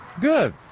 Good